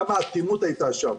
כמה אטימות הייתה שם.